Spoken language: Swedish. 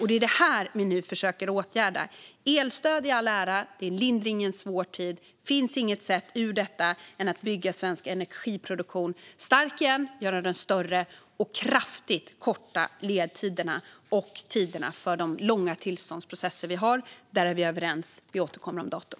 Det är vad vi nu försöker att åtgärda. Elstöd i all ära. Det är en lindring i en svår tid. Men det finns ingen annan väg ur detta än att bygga svensk energiproduktion stark igen, göra den större och kraftigt korta ledtiderna och tiderna för de långa tillståndsprocesser vi har, och där är vi överens. Vi återkommer om datum.